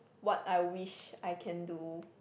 what I wish I can do